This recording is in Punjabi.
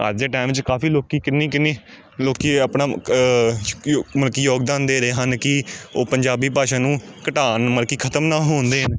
ਅੱਜ ਦੇ ਟਾਈਮ 'ਚ ਕਾਫੀ ਲੋਕ ਕਿੰਨੀ ਕਿੰਨੀ ਲੋਕ ਆਪਣਾ ਮਤਲਬ ਕਿ ਯੋਗਦਾਨ ਦੇ ਰਹੇ ਹਨ ਕਿ ਉਹ ਪੰਜਾਬੀ ਭਾਸ਼ਾ ਨੂੰ ਘਟਾਉਣ ਮਤਲਬ ਕਿ ਖਤਮ ਨਾ ਹੋਣ ਦੇਣ